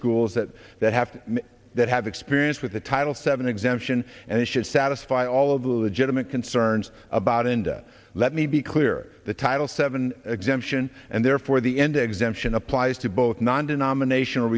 schools that that have that have experience with the title seven exemption and it should satisfy all of the legitimate concerns about enda let me be clear the title seven exemption and therefore the end exemption applies to both non denominational